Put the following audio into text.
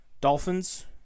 Dolphins